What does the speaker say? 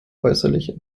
äußerlich